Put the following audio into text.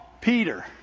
Peter